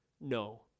No